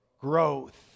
growth